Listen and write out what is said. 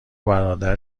برادر